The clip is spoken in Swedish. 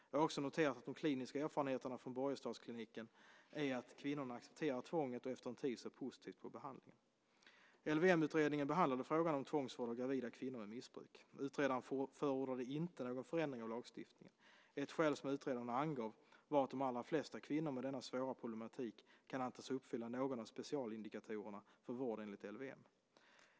Jag har också noterat att de kliniska erfarenheterna från Borgestadsklinikken är att kvinnorna accepterar tvånget och efter en tid ser positivt på behandlingen. LVM-utredningen behandlade frågan om tvångsvård av gravida kvinnor med missbruk. Utredaren förordade inte någon förändring av lagstiftningen. Ett skäl som utredaren angav var att de allra flesta kvinnor med denna svåra problematik kan antas uppfylla någon av specialindikationerna för vård enligt LVM.